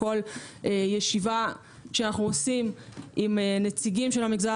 בכל ישיבה שאנו עושים עם נציגי המגזר